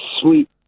Sweet